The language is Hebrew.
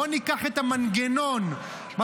בואו ניקח את המנגנון הזה,